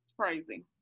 Crazy